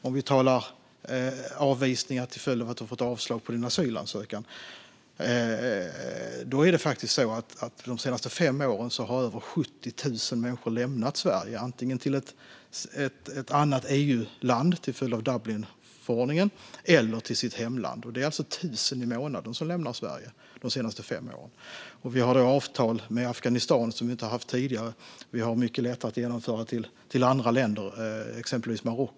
Om vi talar om avvisningar till följd av att människor har fått avslag på sina asylansökningar är det faktiskt så att över 70 000 människor har lämnat Sverige de senaste fem åren. Antingen har de rest till ett annat EU-land till följd av Dublinförordningen eller till sitt hemland. Det är alltså 1 000 personer i månaden som har lämnat Sverige de senaste fem åren. Vi har avtal med Afghanistan, vilket vi inte har haft tidigare. Det är mycket lättare att genomföra avvisningar till andra länder, exempelvis Marocko.